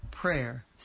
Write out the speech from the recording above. Prayer